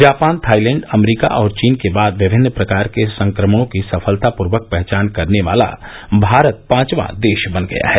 Japan Thailand America और चीन के बाद विभिन्न प्रकार के संक्रमणों की सफलतापूर्वक पहचान करने वाला भारत पांचवां देश बन गया है